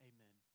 Amen